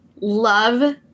love